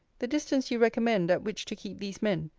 the distance you recommend at which to keep these men,